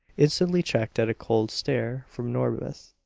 instantly checked at a cold stare from norbith.